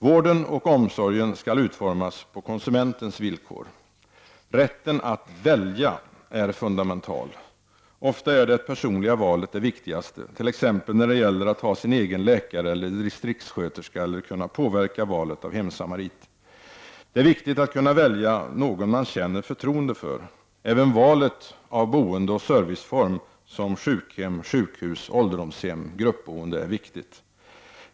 Vården och omsorgen skall utformas på konsumentens villkor. Rätten att välja är fundamental. Ofta är det personliga valet det viktigaste, t.ex. när det gäller att ha sin egen läkare eller distriktssköterska eller kunna påverka valet av hemsamarit. Det är viktigt att kunna välja någon man känner förtroende för. Även valet av boendeoch serviceform såsom sjukhem, sjukhus, ålderdomshem och gruppboende är viktigt.